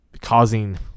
causing